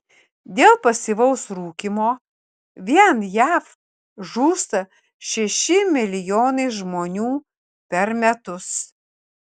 dėl pasyvaus rūkymo vien jav žūsta šeši milijonai žmonių per metus